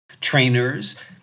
trainers